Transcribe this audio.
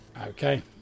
Okay